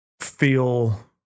feel